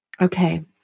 Okay